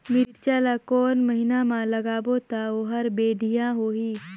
मिरचा ला कोन महीना मा लगाबो ता ओहार बेडिया होही?